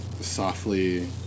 softly